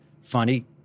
funny